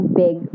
big